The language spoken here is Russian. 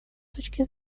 точки